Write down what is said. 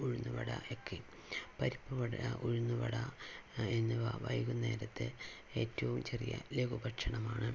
ഉഴുന്നുവട ഒക്കെ പരിപ്പുവട ഉഴുന്നുവട എന്നിവ വൈകുന്നേരത്തെ ഏറ്റവും ചെറിയ ലഘു ഭക്ഷണമാണ്